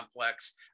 complex